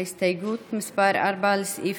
ההסתייגות (4) של חברי הכנסת יצחק פינדרוס,